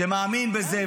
שמאמין בזה,